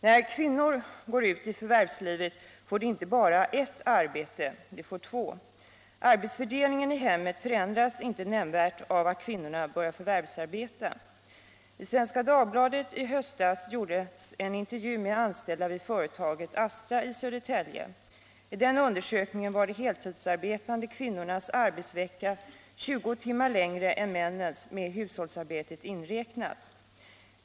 När kvinnor går ut i förvärvslivet får de inte bara ett arbete — de får två. Arbetsfördelningen i hemmet förändras inte nämnvärt av att kvinnorna börjar förvärvsarbeta. I Svenska Dagbladet gjordes i höstas en intervju med anställda vid företaget Astra i Södertälje. Enligt den undersökningen var de heltidsarbetande kvinnornas arbetsvecka 20 timmar längre än männens, med hushållsarbetet inräknat.